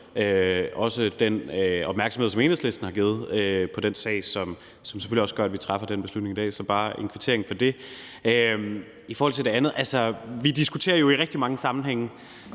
også den opmærksomhed, som Enhedslisten har givet den sag, som selvfølgelig også gør, at vi træffer den beslutning i dag. Så det er bare en kvittering for det. I forhold til det andet diskuterer vi jo altså i rigtig mange sammenhænge,